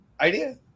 idea